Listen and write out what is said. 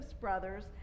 brothers